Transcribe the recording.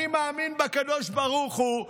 אני מאמין בקדוש ברוך הוא,